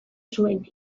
zuen